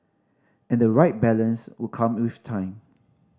and the right balance would come with time